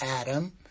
Adam